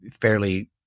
fairly